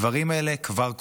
הדברים האלה כבר קורים.